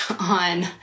on